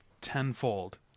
tenfold